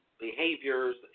behaviors